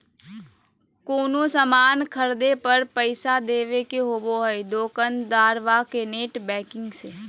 कोनो सामान खर्दे पर पैसा देबे के होबो हइ दोकंदारबा के नेट बैंकिंग से